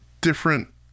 different